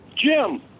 Jim